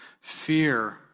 Fear